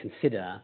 consider